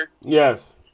Yes